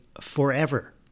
forever